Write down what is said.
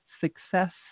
success